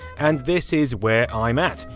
and this is where i'm at.